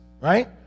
right